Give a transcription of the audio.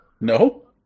No